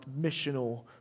missional